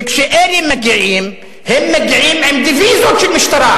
וכשאלה מגיעים, הם מגיעים עם דיוויזיות של משטרה.